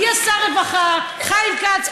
הגיע שר רווחה חיים כץ,